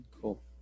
cool